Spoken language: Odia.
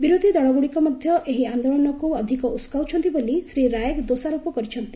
ବିରୋଧୀ ଦଳଗ୍ରଡ଼ିକ ମଧ୍ୟ ଏହି ଆନ୍ଦୋଳନକୁ ଅଧିକ ଉସ୍କାଉଛନ୍ତି ବୋଲି ଶ୍ରୀ ରାୟ ଦୋଷାରୋପ କରିଛନ୍ତି